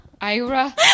Ira